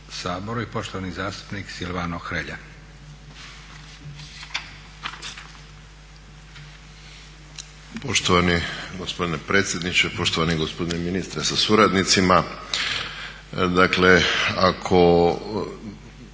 saboru i poštovani zastupnik Silvano Hrelja.